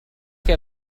che